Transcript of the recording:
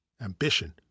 ambition